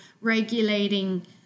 regulating